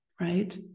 right